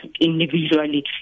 individually